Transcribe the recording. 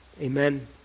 Amen